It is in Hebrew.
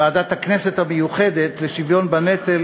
ועדת הכנסת המיוחדת לשוויון בנטל,